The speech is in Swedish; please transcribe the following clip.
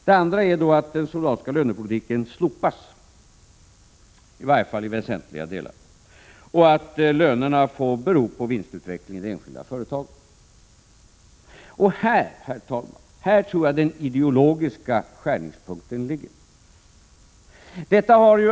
Det andra är att den solidariska lönepolitiken slopas, i varje falli väsentliga delar, och att lönerna får bero på vinstutvecklingen i de enskilda företagen. Och här, herr talman, tror jag att den ideologiska skärningspunkten ligger.